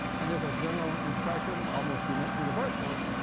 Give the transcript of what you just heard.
and there's a general impression, almost you know universal,